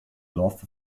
love